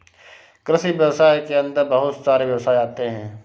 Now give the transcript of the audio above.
कृषि व्यवसाय के अंदर बहुत सारे व्यवसाय आते है